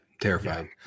Terrified